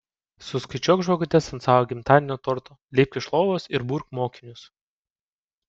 suskaičiuok žvakutes ant savo gimtadienio torto lipk iš lovos ir burk mokinius